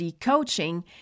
coaching